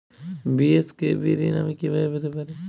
BSKB ঋণ আমি কিভাবে পেতে পারি?